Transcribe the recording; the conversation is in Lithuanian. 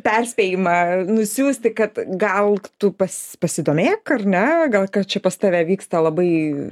perspėjimą nusiųsti kad gal tu pas pasidomėk ar ne gal kad čia pas tave vyksta labai